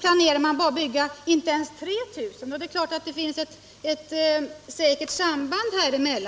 planerar kommunerna inte ens att bygga Bidrag till anord 3000 daghemsplatser. Det finns ett säkert samband på denna punkt.